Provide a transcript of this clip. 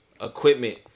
equipment